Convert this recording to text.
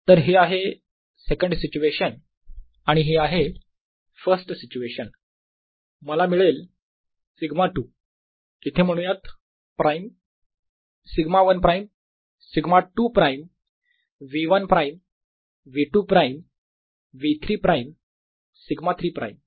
तर हे आहे सेकंड सिच्युएशन आणि ही आहे फर्स्ट सिच्युएशन मला मिळेल σ2 इथे म्हणूयात prime σ1 prime σ2 prime V1 prime V2 prime V3 prime σ3 prime